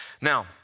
Now